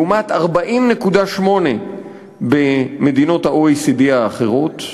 לעומת 40.8 במדינות ה-OECD האחרות.